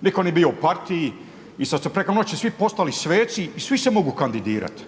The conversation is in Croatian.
nitko nije bio u partiji i sad su preko noći svi postali sveci i svi se mogu kandidirati.